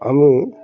আমি